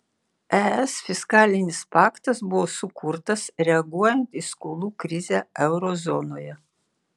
es fiskalinis paktas buvo sukurtas reaguojant į skolų krizę euro zonoje